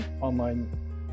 online